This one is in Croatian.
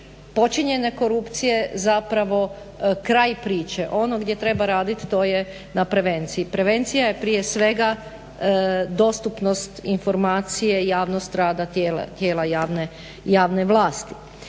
počinjene korupcije zapravo kraj priče. Ono gdje treba raditi to je na prevenciji. Prevencija je prije svega dostupnost informacije, javnost rada tijela javne vlasti.